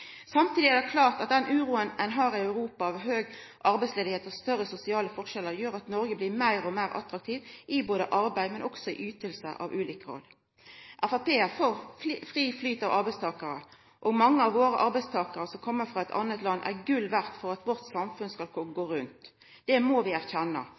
Samtidig er det klart at den uroa ein har i Europa, med høg arbeidsløyse og større sosiale forskjellar, gjer at Noreg blir meir og meir attraktivt når det gjeld arbeid, men òg når det gjeld ytingar av ulik grad. Framstegspartiet er for fri flyt av arbeidstakarar. Mange av våre arbeidstakarar som kjem frå eit anna land, er gull verdt for at vårt samfunn skal gå rundt. Det må vi erkjenna.